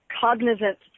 cognizant